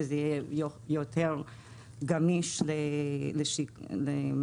שזה יהיה יותר גמיש למנכ"ל,